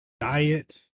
diet